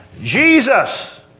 Jesus